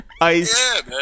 Ice